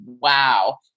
wow